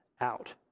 out